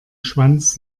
schwanz